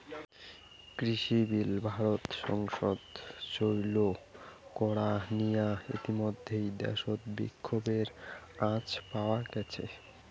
কৃষিবিল ভারতর সংসদত চৈল করা নিয়া ইতিমইধ্যে দ্যাশত বিক্ষোভের আঁচ পাওয়া গেইছে